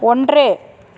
ஒன்று